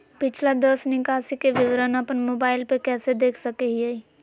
पिछला दस निकासी के विवरण अपन मोबाईल पे कैसे देख सके हियई?